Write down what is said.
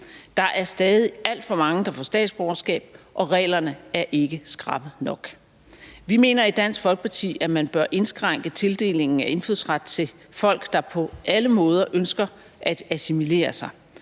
Der er stadig alt for mange, der får statsborgerskab, og reglerne er ikke skrappe nok. Vi mener i Dansk Folkeparti, at man bør indskrænke tildelingen af indfødsret til folk, der på alle måder ønsker at assimilere sig